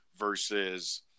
Versus